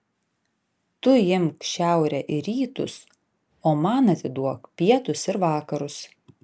tu imk šiaurę ir rytus o man atiduok pietus ir vakarus